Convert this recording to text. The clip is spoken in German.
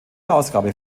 ausgabe